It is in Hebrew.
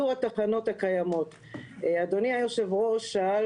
מוסד התכנון הוא זה שקובע